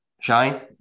Shine